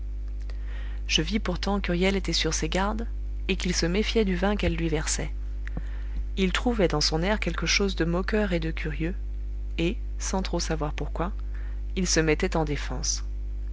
je vis pourtant qu'huriel était sur ses gardes et qu'il se méfiait du vin qu'elle lui versait il trouvait dans son air quelque chose de moqueur et de curieux et sans savoir trop pourquoi il se mettait en défense